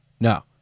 No